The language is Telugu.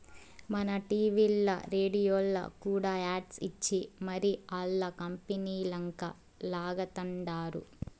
మన టీవీల్ల, రేడియోల్ల కూడా యాడ్స్ ఇచ్చి మరీ ఆల్ల కంపనీలంక లాగతండారు